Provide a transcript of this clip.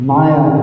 Maya